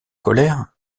colère